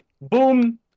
boom